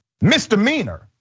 misdemeanor